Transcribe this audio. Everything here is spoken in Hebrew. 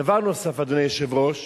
דבר נוסף, אדוני היושב-ראש,